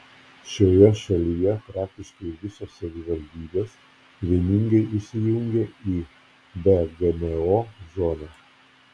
šioje šalyje praktiškai visos savivaldybės vieningai įsijungė į be gmo zoną